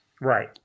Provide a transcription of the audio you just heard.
Right